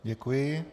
Děkuji.